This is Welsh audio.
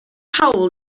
hawl